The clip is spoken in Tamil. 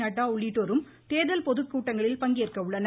நட்டா உள்ளிட்டோரும் தேர்தல் பொதுக்கூட்டங்களில் பங்கேற்க உள்ளனர்